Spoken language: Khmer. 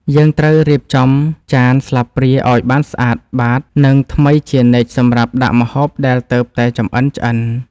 យើងត្រូវរៀបចំចានស្លាបព្រាឱ្យបានស្អាតបាត និងថ្មីជានិច្ចសម្រាប់ដាក់ម្ហូបដែលទើបតែចម្អិនឆ្អិន។